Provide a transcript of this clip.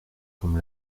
comme